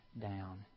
down